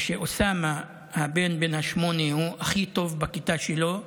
ושאוסאמה, הבן בן השמונה הוא הכי טוב בכיתה שלו,